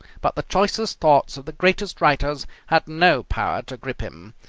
but the choicest thoughts of the greatest writers had no power to grip him.